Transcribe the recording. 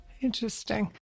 Interesting